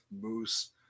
Moose